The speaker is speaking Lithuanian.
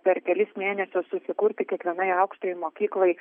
per kelis mėnesius susikurti kiekvienai aukštajai mokyklai